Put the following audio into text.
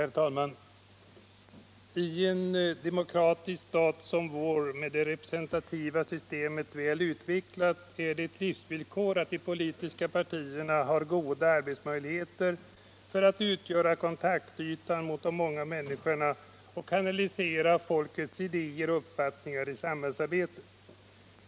Herr talman! I en demokratisk stat som vår med det representativa systemet väl utvecklat är det ett livsvillkor att de politiska partierna har goda arbetsmöjligheter för att utgöra kontaktyta mot de många människorna och kanalisera folkets idéer och uppfattningar i samhällsarbetet.